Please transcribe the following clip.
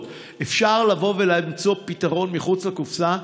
אפשר לבוא ולמצוא פתרון מחוץ לקופסה,